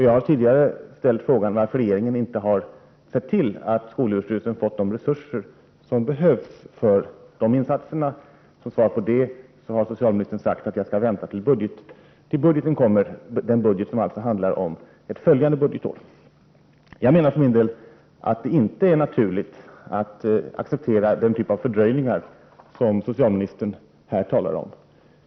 Jag har tidigare ställt frågan varför regeringen inte har sett till att skolöverstyrelsen har fått de resurser som behövs för dessa insatser. Socialministern har då sagt att jag skall vänta tills budgetpropositionen läggs fram — en budget som alltså handlar om ett följande budgetår. Jag menar för min del att det inte är naturligt att acceptera den typ av fördröjningar som socialministern här talar om.